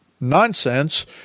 nonsense